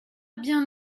bien